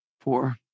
Four